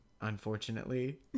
unfortunately